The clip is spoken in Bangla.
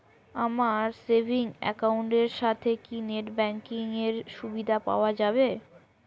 আমার সেভিংস একাউন্ট এর সাথে কি নেটব্যাঙ্কিং এর সুবিধা পাওয়া যাবে?